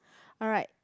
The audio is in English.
alright